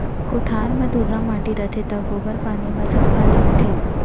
कोठार म धुर्रा माटी रथे त गोबर पानी म सफ्फा लीपथें